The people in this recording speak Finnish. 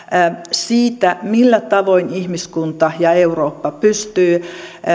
siitä millä tavoin ihmiskunta ja eurooppa pystyvät